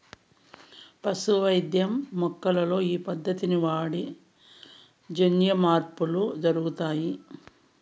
పశు వైద్యం మొక్కల్లో ఈ పద్దతిని వాడి జన్యుమార్పులు జరుపుతారు